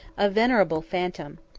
a venerable phantom.